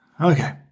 Okay